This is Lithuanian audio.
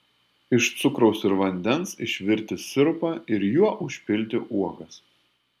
iš cukraus ir vandens išvirti sirupą ir juo užpilti uogas